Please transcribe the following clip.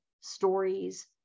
stories